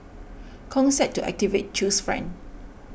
Kong said to activate Chew's friend